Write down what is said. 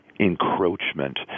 Encroachment